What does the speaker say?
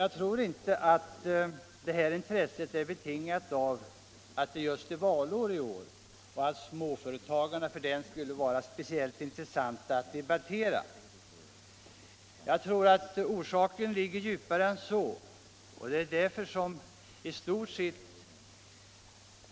Jag tror inte att det är därför att det är valår i år som småföretagarna är speciellt intressanta att debattera. Jag tror att orsaken till intresset ligger djupare än så.